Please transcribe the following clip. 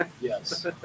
Yes